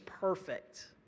perfect